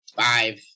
five